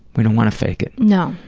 we don't want to fake it. no,